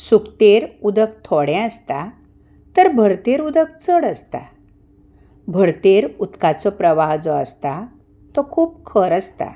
सुकतेर उदक थोडें आसता तर भरतेर उदक चड आसता भरतेर उदकाचो प्रवाह जो आसता तो खूब खर आसता